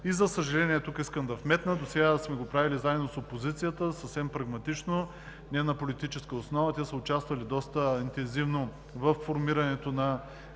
че за съжаление, досега сме го правили заедно с опозицията, съвсем прагматично, не на политическа основа. Те са участвали доста интензивно във формирането и